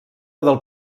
del